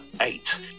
eight